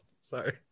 Sorry